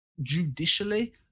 judicially